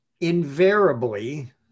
Invariably